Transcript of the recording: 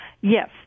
Yes